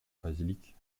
basilique